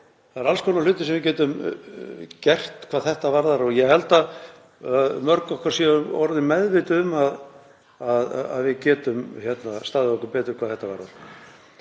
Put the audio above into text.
Það eru alls konar hlutir sem við getum gert hvað þetta varðar og ég held að mörg okkar séu orðin meðvituð um að við getum staðið okkur betur. Við þurfum bara